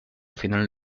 final